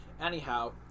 Anyhow